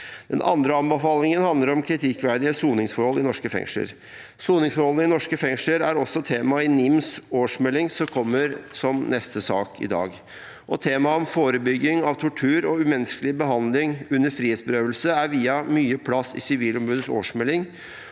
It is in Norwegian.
Den andre anbefalingen handler om kritikkverdige soningsforhold i norske fengsler. Soningsforholdene i norske fengsler er også tema i NIMs årsmelding, som kommer som neste sak i dag. Temaet om forebygging av tortur og umenneskelig behandling under frihetsberøvelse er viet mye plass i Sivilombudets årsmelding,